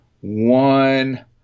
one